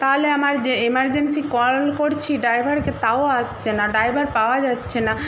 তাহলে আমার যে এমারজেন্সি কল করছি ড্রাইভারকে তাও আসছে না ড্রাইভার পাওয়া যাচ্ছে না